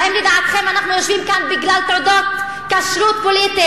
האם לדעתכם אנחנו יושבים כאן בגלל תעודות כשרות פוליטית